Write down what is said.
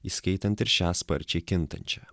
įskaitant ir šią sparčiai kintančią